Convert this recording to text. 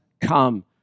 come